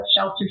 shelter